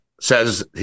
says